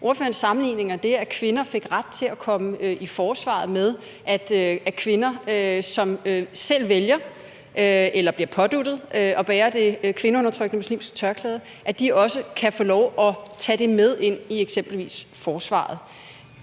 Ordføreren sammenligner det, at kvinder fik ret til at komme i forsvaret, med, at kvinder, som selv vælger eller bliver påduttet at bære det kvindeundertrykkende muslimske tørklæde, også kan få lov at tage det med ind i eksempelvis forsvaret.